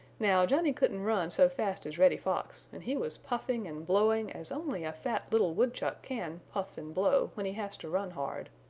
now johnny couldn't run so fast as reddy fox and he was puffing and blowing as only a fat little woodchuck can puff and blow when he has to run hard.